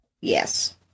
Yes